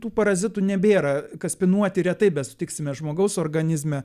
tų parazitų nebėra kaspinuotį retai besutiksime žmogaus organizme